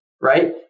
right